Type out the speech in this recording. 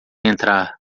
entrar